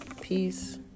Peace